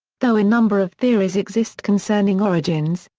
though a number of theories exist concerning origins,